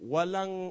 Walang